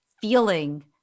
feeling